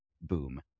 boom